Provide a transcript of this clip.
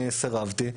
אני סירבתי.